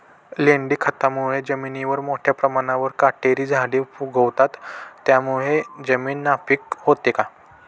लेंडी खतामुळे जमिनीवर मोठ्या प्रमाणावर काटेरी झाडे उगवतात, त्यामुळे जमीन नापीक होते का?